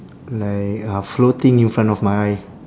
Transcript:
like uh floating in front of my eye